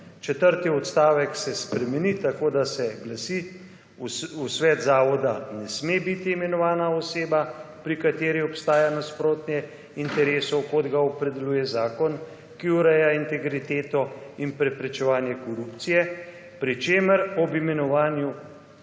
Četrti odstavek se spremeni tako, da se glasi: »V svet zavoda ne sme biti imenovana oseba pri kateri obstaja nasprotje interesov kot ga opredeljuje zakon, ki ureja integriteto in preprečevanje korupcije, pri čemer ob imenovanju